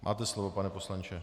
Máte slovo, pane poslanče.